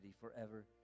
forever